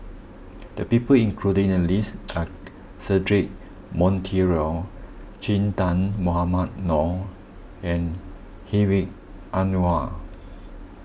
the people included in the list are Cedric Monteiro Che Dah Mohamed Noor and Hedwig Anuar